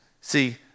See